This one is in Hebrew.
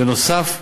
בנוסף,